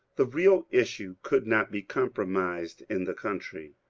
the real issue could not be compromised in the country,